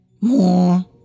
more